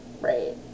Right